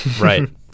Right